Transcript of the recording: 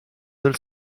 del